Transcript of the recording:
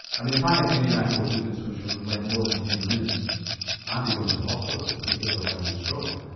i mean if i had unilateral weakness which and went more than ten minutes i'd be going to the hospital in case i was having a stroke.